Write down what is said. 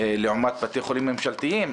לעומת בתי חולים ממשלתיים,